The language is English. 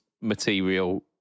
material